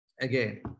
again